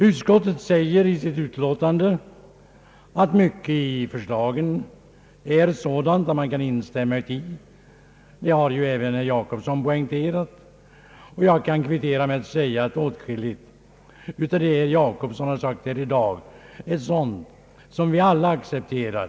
Utskottet säger i sitt utlåtande att mycket i förslagen är sådant att man kan instämma i det. Det har även herr Jacobsson poängterat, och jag kan kvittera med att säga att åtskilligt av vad herr Jacobsson sagt här i dag är sådant som vi alla accepterar.